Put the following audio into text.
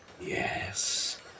yes